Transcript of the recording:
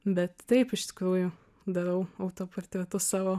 bet taip iš tikrųjų darau autoportretus savo